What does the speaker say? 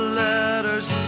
letters